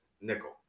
Nickel